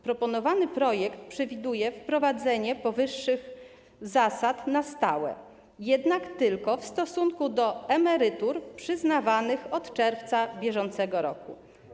Proponowany projekt przewiduje wprowadzenie powyższej zasady na stałe, jednak tylko w stosunku do emerytur przyznawanych od czerwca br.